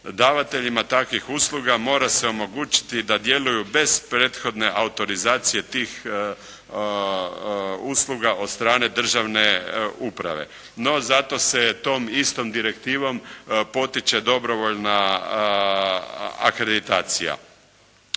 Davateljima takvih usluga mora se omogućiti da djeluju bez prethodne autorizacije tih usluga od strane državne uprave, no zato se tom istom direktivom potiče dobrovoljna akreditacija.